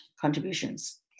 contributions